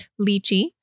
lychee